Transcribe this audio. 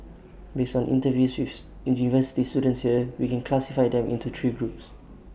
based on interviews with university students here we can classify them into three groups